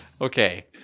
Okay